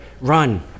Run